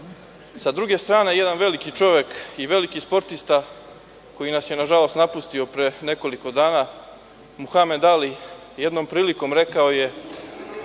druge strane jedan veliki čovek i veliki sportista koji nas je nažalost napustio pre nekoliko dana, Muhamed Ali je jednom prilikom rekao da